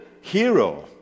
hero